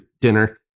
dinner